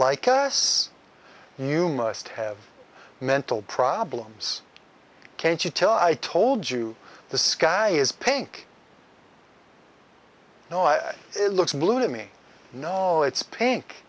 like us you must have mental problems can't you tell i told you the sky is pink it looks blue to me no it's pain